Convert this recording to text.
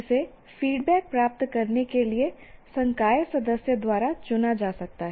इसे फीडबैक प्राप्त करने के लिए संकाय सदस्य द्वारा चुना जा सकता है